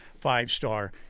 five-star